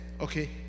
okay